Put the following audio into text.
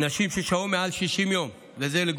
נשים ששהו מעל 60 יום במקלט לנפגעות אלימות,